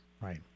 Right